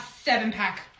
seven-pack